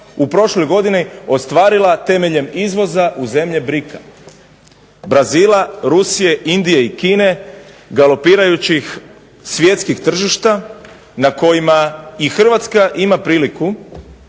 u prošloj godini ostvarila temeljem izvoza u zemlje BRIKA, Brazila, Rusije, Indije i Kine, galopirajućih svjetskih tržišta na kojima i Hrvatska ima priliku,